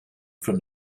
from